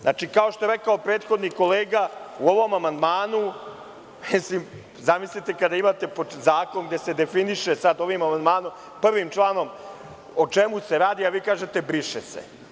Znači, kao što je rekao prethodni kolega, u ovom amandmanu, zamislite kada imate zakon gde se ovim amandmanom, 1. članom definiše o čemu se radi, a vi kažete – briše se.